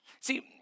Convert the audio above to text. See